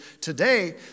Today